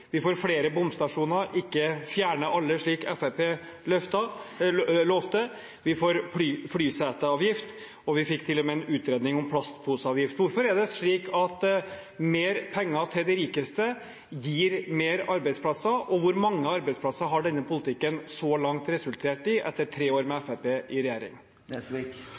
Vi får flere bomstasjoner – ikke fjerning av alle, slik Fremskrittspartiet lovte. Vi får flyseteavgift, og vi fikk til og med en utredning om plastposeavgift. Hvorfor er det slik at mer penger til de rikeste gir flere arbeidsplasser? Og hvor mange arbeidsplasser har denne politikken så langt resultert i etter tre år med Fremskrittspartiet i regjering?